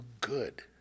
good